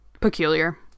Peculiar